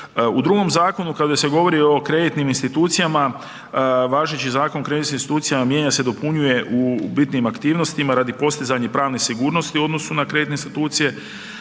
U drugom zakonu kada se govori o kreditnim institucijama, važeći Zakon o kreditnim institucijama mijenja se i dopunjuje u bitnim aktivnostima radi postizanja pravne sigurnosti u odnosu na kreditne institucije